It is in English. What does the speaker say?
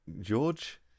George